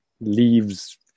leaves